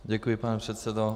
Děkuji, pane předsedo.